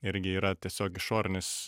irgi yra tiesiog išorinis